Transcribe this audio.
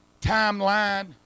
timeline